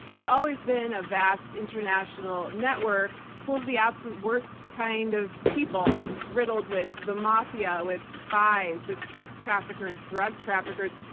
it's always been a vast international network full of the absolute worst kind of people riddled with the mafia, with spies, with sex traffickers, drug traffickers,